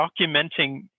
documenting